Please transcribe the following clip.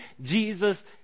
Jesus